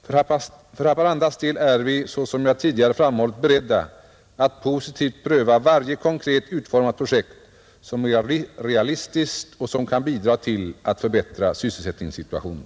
För Haparandas del är vi, såsom jag tidigare framhållit, beredda att positivt pröva varje konkret utformat projekt, som är realistiskt och som kan bidra till att förbättra sysselsättningssituationen.